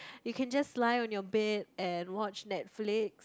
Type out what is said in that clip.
you can just lie on your bed and watch Netflix